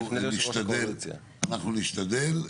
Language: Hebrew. אנחנו נשתדל,